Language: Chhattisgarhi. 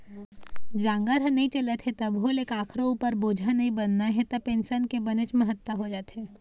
जांगर ह नइ चलत हे तभो ले कखरो उपर बोझा नइ बनना हे त पेंसन के बनेच महत्ता हो जाथे